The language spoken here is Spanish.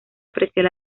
apreciar